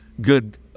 good